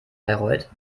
bayreuth